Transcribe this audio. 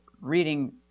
reading